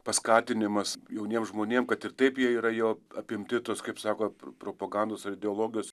paskatinimas jauniems žmonėms kad ir taip jie yra jo apimti tos kaip sako propagandos ar ideologijos